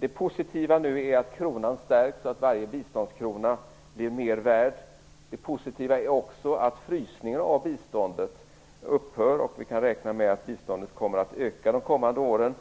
Det positiva nu är att kronan stärks och att varje biståndskrona blir mer värd. Det positiva är också att frysningen av biståndet upphör och att vi kan räkna med att biståndet kommer att öka under de kommande åren.